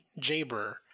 Jaber